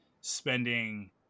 spending